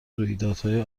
رویدادهای